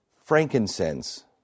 frankincense